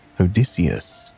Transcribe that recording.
Odysseus